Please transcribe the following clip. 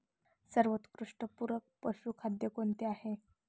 सर्वोत्कृष्ट पूरक पशुखाद्य कोणते आहे?